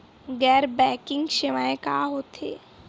गैर बैंकिंग सेवाएं का होथे?